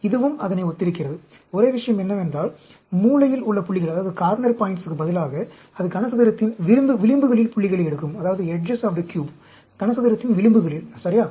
இதுவும் அதனை ஒத்திருக்கிறது ஒரே விஷயம் என்னவென்றால் மூலையில் உள்ள புள்ளிகளுக்கு பதிலாக அது கனசதுரத்தின் விளிம்புகளில் புள்ளிகளை எடுக்கும் கனசதுரத்தின் விளிம்புகளில் சரியா